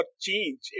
change